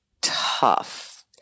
tough